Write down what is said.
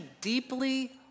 deeply